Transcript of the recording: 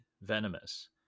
venomous